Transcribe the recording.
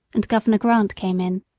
and governor grant came in.